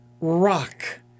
rock